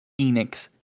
Phoenix